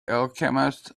alchemist